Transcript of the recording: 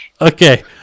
Okay